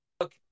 Look